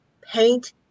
Paint